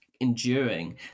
enduring